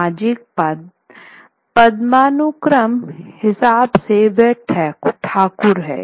सामाजिक पदानुक्रम हिसाब से वह ठाकुर है